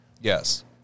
Yes